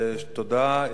תודה.